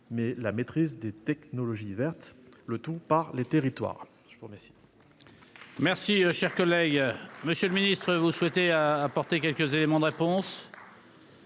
mais la maîtrise des technologies vertes- le tout par les territoires.